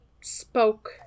spoke